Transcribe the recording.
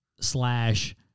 slash